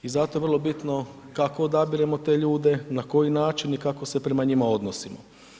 I zato je vrlo bitno kako odabiremo te ljude, na koji način i kako se prema njima odnosimo.